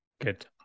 Good